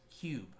Cube